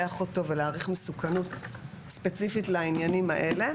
אותו ולהעריך מסוכנות ספציפית לעניינים האלה,